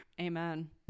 Amen